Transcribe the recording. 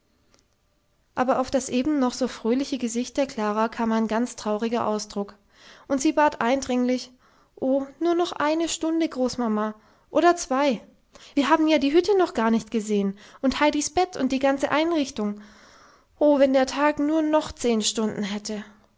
aber auf das eben noch so fröhliche gesicht der klara kam ein ganz trauriger ausdruck und sie bat eindringlich oh nur noch eine stunde großmama oder zwei wir haben ja die hütte noch gar nicht gesehen und heidis bett und die ganze einrichtung oh wenn der tag nur noch zehn stunden hätte